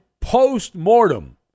post-mortem